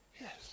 Yes